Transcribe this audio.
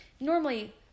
normally